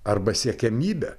arba siekiamybe